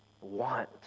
want